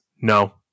no